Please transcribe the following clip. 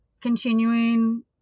continuing